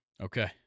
Okay